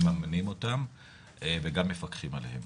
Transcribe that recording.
מממנים אותם וגם מפקחים עליהם.